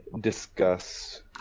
discuss